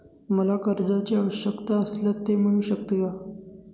मला कर्जांची आवश्यकता असल्यास ते मिळू शकते का?